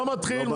לא מתחיל.